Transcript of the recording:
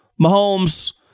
Mahomes